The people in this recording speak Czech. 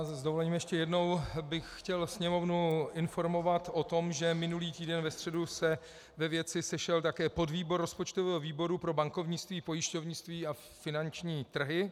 S dovolením ještě jednou bych chtěl Sněmovnu informovat o tom, že minulý týden ve středu se ve věci sešel také podvýbor rozpočtového výboru pro bankovnictví, pojišťovnictví a finanční trhy.